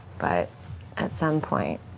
but at some point,